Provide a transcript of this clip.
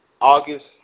August